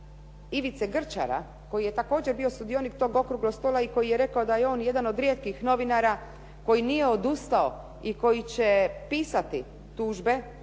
Ivice Grčara koji je također bio sudionik tog okruglog stola i koji je rekao da je on jedan od rijetkih novinara koji nije odustao i koji će pisati tužbe